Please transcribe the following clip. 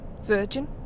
Virgin